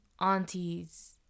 aunties